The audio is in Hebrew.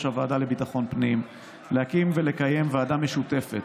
הוועדה לביטחון הפנים להקים ולקיים ועדה משותפת